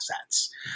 assets